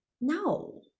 No